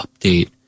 update